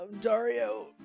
Dario